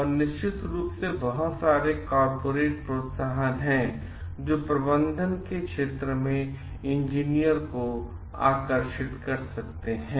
और निश्चित रूप से बहुत सारे कॉर्पोरेट प्रोत्साहन हैं जो प्रबंधन के क्षेत्र में इंजीनियर को आकर्षित कर सकते हैं